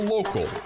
Local